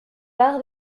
par